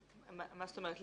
מה זאת אומרת?